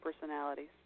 personalities